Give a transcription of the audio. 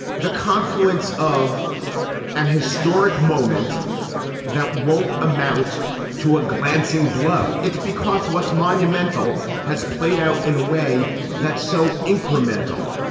the confluence of an historic moment that won't amount to a glancing blow. it's because what's monumental has played out in a way that's so incremental.